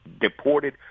deported